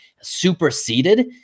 superseded